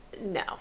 No